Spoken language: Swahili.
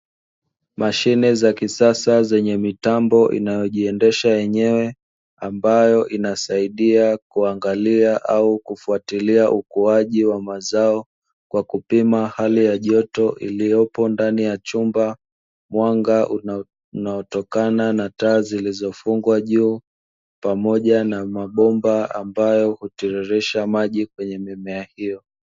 Mashine za kisasa zenye mitambo inayojiendesha yenyewe ambayo inasaidia kuangalia au kufuatilia ukuaji wa mazao kwa kupima hali ya joto iliyopo ndani ya chumba, mwanga unaotokana na taa zilizofungwa juu pamoja na mabomba ambayo hutiririsha maji kwenye mimea hiyo.